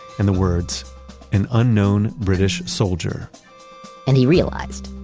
and the words an unknown british soldier and he realized,